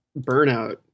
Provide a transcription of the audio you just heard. burnout